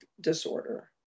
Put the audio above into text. disorder